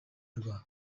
rwa